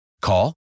Call